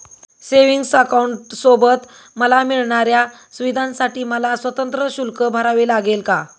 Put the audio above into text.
Savings अकाउंटसोबत मला मिळणाऱ्या सुविधांसाठी मला स्वतंत्र शुल्क भरावे लागेल का?